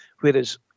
Whereas